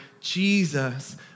Jesus